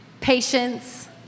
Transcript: patience